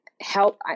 help